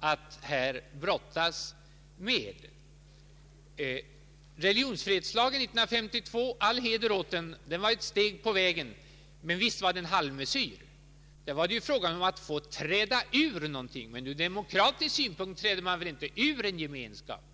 att brottas med. Religionsfrihetslagen 1952 — all heder åt den — var ett steg på vägen, men visst var den en halvmesyr. Det var fråga om att träda ur någonting, men ur demokratisk synpunkt träder man väl inte ur en gemenskap.